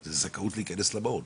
זה זכאות להיכנס למעון,